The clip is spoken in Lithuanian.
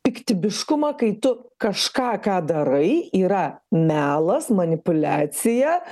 piktybiškumą kai tu kažką ką darai yra melas manipuliacija